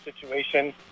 situation